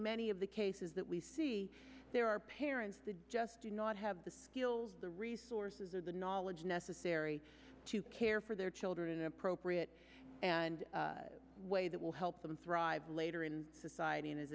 many of the cases that we see there are parents the just do not have the skills the resources of the knowledge necessary to care for their children appropriate and way that will help them thrive later in society and as